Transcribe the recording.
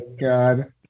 God